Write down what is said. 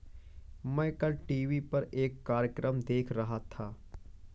मैं कल टीवी पर एक कार्यक्रम देख रहा था